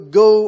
go